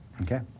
Okay